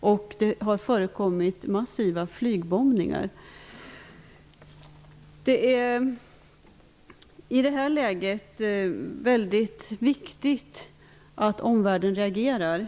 och det har förekommit massiva flygbombningar. I det här läget är det viktigt att omvärlden reagerar.